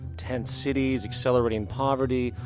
tent cities, accelerating poverty,